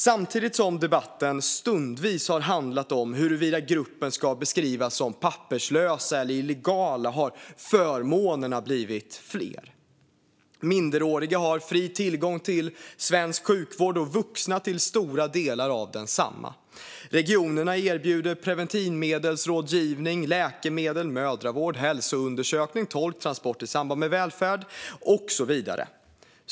Samtidigt som debatten stundvis har handlat om huruvida gruppen ska beskrivas som papperslösa eller illegala har förmånerna blivit fler. Minderåriga har fri tillgång till svensk sjukvård, och vuxna har tillgång till stora delar av densamma. Regionerna erbjuder preventivmedelsrådgivning, läkemedel, mödravård, hälsoundersökning, tolk, transport i samband med välfärd och så vidare.